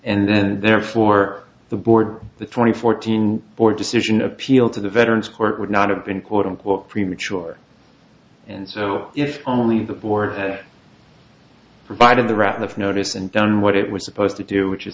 and then therefore the board the twenty fourteen board decision appeal to the veterans court would not have been quote unquote premature and so if only the board provided the raft of notice and done what it was supposed to do which is